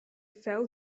fell